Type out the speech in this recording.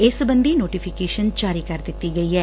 ਇਸ ਸਬੰਧੀ ਨੋਟੀਫੀਕੇਸ਼ਨ ਜਾਰੀ ਕਰ ਦਿੱਤੀ ਗਈ ਏ